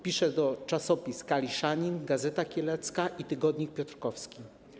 Pisał do czasopism: „Kaliszanin”, „Gazeta Kielecka” i „Tygodnik Piotrkowski”